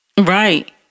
right